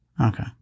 Okay